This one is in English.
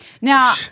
Now